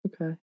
okay